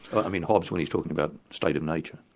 i mean hobbes when he's talking about state of nature.